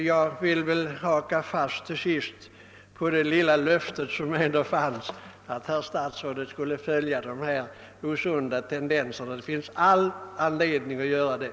Jag vill till sist ändå haka fast vid det lilla löfte som ges i svaret, att statsrådet skall följa vad som sker i fråga om dessa osunda tendenser. Det finns all anledning att göra det.